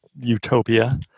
utopia